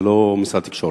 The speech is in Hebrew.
ולא משרד התקשורת.